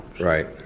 Right